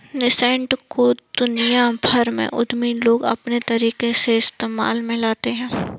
nascent को दुनिया भर के उद्यमी लोग अपने तरीके से इस्तेमाल में लाते हैं